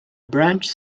branched